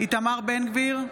איתמר בן גביר,